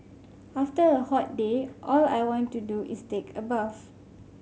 after a hot day all I want to do is take a bath